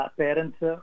parents